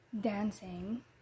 dancing